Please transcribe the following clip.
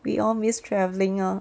we all miss travelling lor